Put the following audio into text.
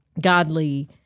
godly